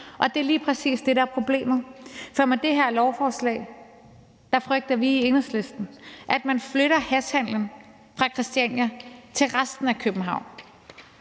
og det er lige præcis det, der er problemet. For med det her lovforslag frygter vi i Enhedslisten, at man flytter hashhandelen fra Christiania til resten af København.